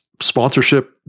sponsorship